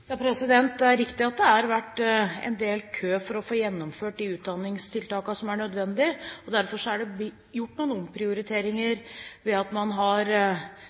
Det er riktig at det har vært en del kø for å få gjennomført de utdanningstiltakene som er nødvendige. Derfor er det gjort noen omprioriteringer ved at man har